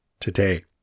Today